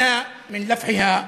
אינכם רואים שאנחנו כהים מצריבתה.)